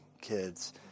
kids